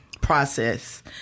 process